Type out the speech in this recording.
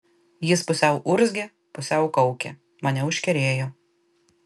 jis pusiau urzgė pusiau kaukė mane užkerėjo